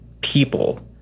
people